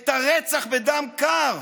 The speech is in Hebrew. את הרצח בדם קר